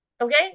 Okay